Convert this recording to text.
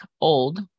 old